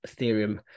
Ethereum